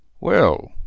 Well